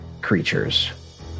creatures